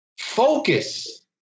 Focus